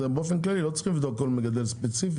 אז באופן כללי לא צריכים לבדוק כל מגדל ספציפי,